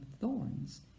thorns